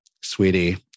sweetie